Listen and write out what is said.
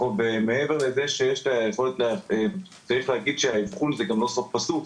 מעבר לזה שצריך להגיד שהאבחון זה גם לא סוף פסוק.